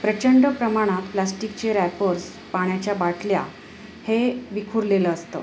प्रचंड प्रमाणात प्लास्टिकचे रॅपर्स पाण्याच्या बाटल्या हे विखुरलेलं असतं